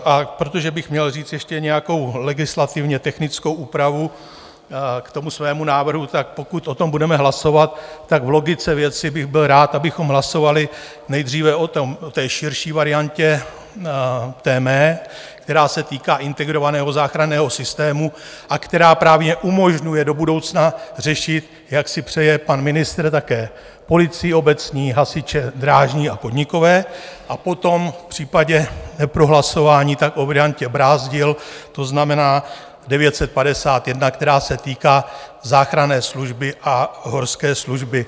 A protože bych měl říct ještě nějakou legislativně technickou úpravu k tomu svému návrhu, tak pokud o tom budeme hlasovat, tak v logice věci bych byl rád, abychom hlasovali nejdříve o té širší variantě, té mé, která se týká integrovaného záchranného systému a která právě umožňuje do budoucna řešit, jak si přeje pan ministr, také policii obecní, hasiče drážní a podnikové, a potom v případě neprohlasování o variantě Brázdil, to znamená 951, která se týká záchranné služby a horské služby.